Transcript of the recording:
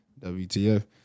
WTF